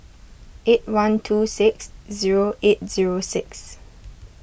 eight one two six zero eight zero six